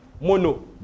mono